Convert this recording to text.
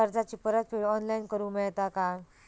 कर्जाची परत फेड ऑनलाइन करूक मेलता काय?